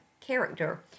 character